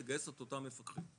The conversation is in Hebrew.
לגייס את אותם מפקחים.